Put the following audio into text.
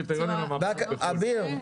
אביר,